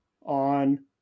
on